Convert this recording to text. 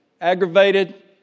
aggravated